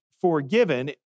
forgiven